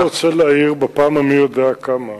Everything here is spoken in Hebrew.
אני רק רוצה להעיר בפעם המי יודע כמה: